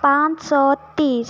पाँच सौ तीस